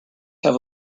have